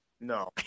No